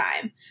time